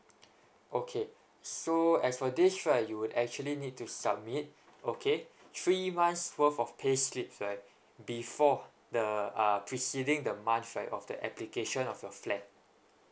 okay so as for this right you would actually need to submit okay three months worth of pay slip right before the uh preceding the month right of the application of your flat